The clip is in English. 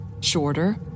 shorter